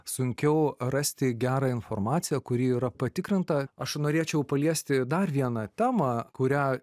sunkiau rasti gerą informaciją kuri yra patikrinta aš ir norėčiau paliesti dar vieną temą kurią